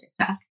TikTok